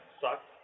sucked